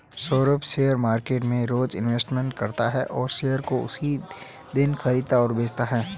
Saurabh share market में रोज investment करता है और शेयर को उसी दिन खरीदता और बेचता है